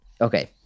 Okay